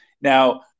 now